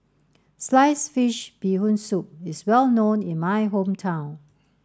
sliced fish bee hoon soup is well known in my hometown